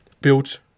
built